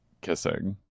kissing